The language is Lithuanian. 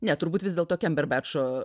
ne turbūt vis dėlto kemberbečo